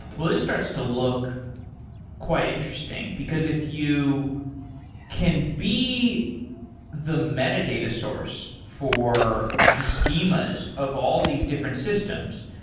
well, this starts to look quite interesting, because if you can be the metadata source for the schemas of all these different systems,